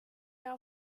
now